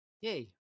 Yay